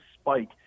spike